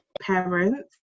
parents